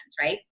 right